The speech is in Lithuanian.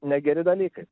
negeri dalykai